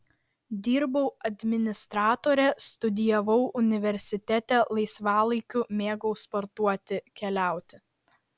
dirbau administratore studijavau universitete laisvalaikiu mėgau sportuoti keliauti